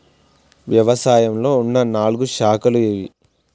వ్యవసాయంలో ఉన్న నాలుగు శాఖలు ఏవి?